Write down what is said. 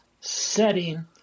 setting